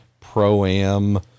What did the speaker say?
pro-am